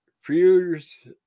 fears